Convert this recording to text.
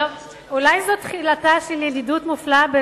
אולי זו תחילתה של ידידות מופלאה בינינו,